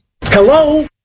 Hello